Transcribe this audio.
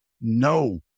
No